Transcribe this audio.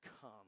come